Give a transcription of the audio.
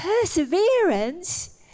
perseverance